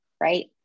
right